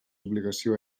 obligació